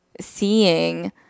seeing